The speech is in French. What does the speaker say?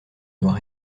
noir